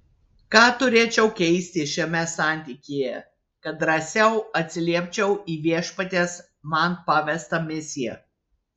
ką turėčiau keisti šiame santykyje kad drąsiau atsiliepčiau į viešpaties man pavestą misiją